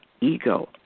ego